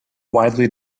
widely